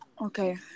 okay